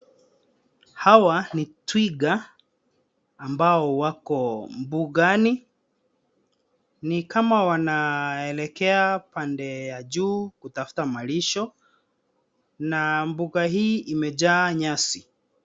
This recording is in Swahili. Hawa ni twiga ambao wako mbugani. Ni kama wanaelekea upande wa juu kutafuta malisho na mbuga hii imejaa nyasi.